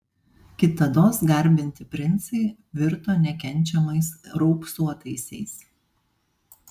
kitados garbinti princai virto nekenčiamais raupsuotaisiais